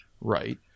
Right